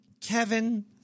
Kevin